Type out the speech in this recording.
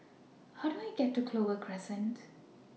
How Do I get to Clover Crescent